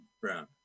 Brown